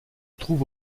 trouve